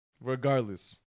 regardless